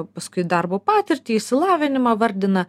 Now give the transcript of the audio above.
paskui darbo patirtį išsilavinimą vardina